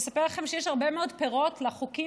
אספר לכם שיש הרבה מאוד פירות לחוקים